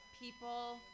people